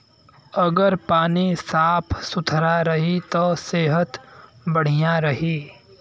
अगर पानी साफ सुथरा रही त सेहत बढ़िया रही